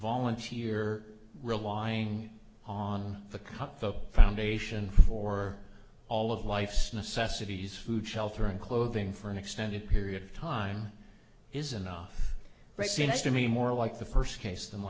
volunteer relying on the cut folk foundation for all of life's necessities food shelter and clothing for an extended period of time is enough seems to me more like the first case th